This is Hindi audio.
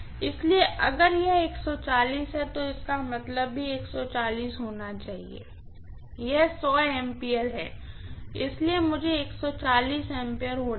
इसलिए अगर यह है तो इसका मतलब भी होना चाहिए यह A है इसलिए इसे A होना है